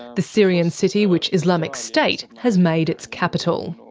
the syrian city which islamic state has made its capital.